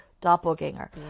Doppelganger